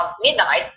midnight